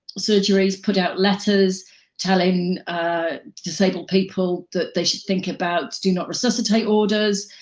surgeries, put out letters telling disabled people that they should think about, do not resuscitate orders,